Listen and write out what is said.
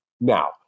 Now